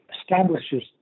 establishes